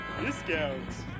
Discounts